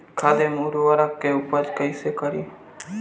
खाद व उर्वरक के उपयोग कईसे करी?